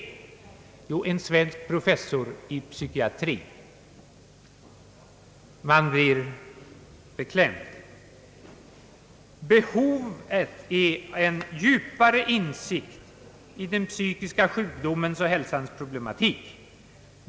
Jo, en svensk professor i psykiatri. Man blir beklämd. Behovet är en djupare insikt i den psykiska sjukdomens och hälsans problematik.